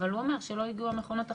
הוא אומר שלא הגיעו המכונות החדשות.